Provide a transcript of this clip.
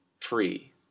free